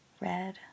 Red